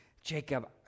Jacob